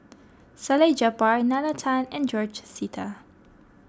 Salleh Japar Nalla Tan and George Sita